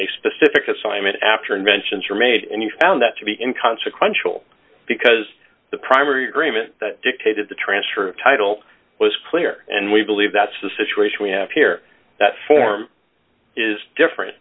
a specific assignment after inventions are made and you found that to be in consequential because the primary agreement dictated the transfer of title was clear and we believe that's the situation we have here that form is different